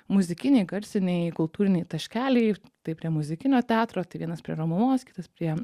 muzikiniai garsiniai kultūriniai taškeliai taip prie muzikinio teatro tai vienas prie romuvos kitas prie